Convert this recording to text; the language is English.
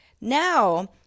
Now